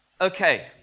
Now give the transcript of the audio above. Okay